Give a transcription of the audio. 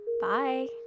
bye